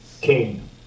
king